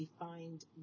defined